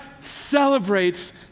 celebrates